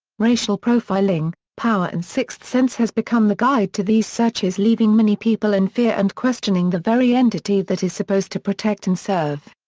racial profiling, power and sixth sense has become the guide to these searches leaving many people in and fear and questioning the very entity that is supposed to protect and serve.